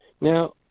Now